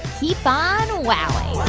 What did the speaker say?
keep on wowing